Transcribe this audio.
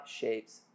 shapes